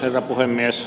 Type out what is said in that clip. herra puhemies